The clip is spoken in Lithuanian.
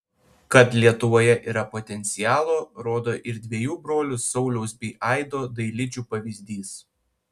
kad lietuvoje yra potencialo rodo ir dviejų brolių sauliaus bei aido dailidžių pavyzdys